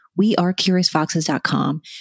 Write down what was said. wearecuriousfoxes.com